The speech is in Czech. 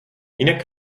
jinak